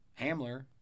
Hamler